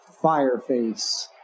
Fireface